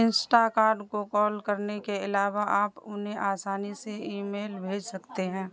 Insta card کو call کرنے کے علاوہ آپ انہیں آسانی سے ای میل بھیج سکتے ہیں